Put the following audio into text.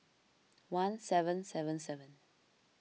one seven seven seven